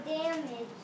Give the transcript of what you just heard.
damage